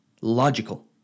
logical